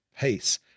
pace